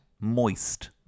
moist